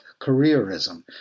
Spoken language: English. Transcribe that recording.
careerism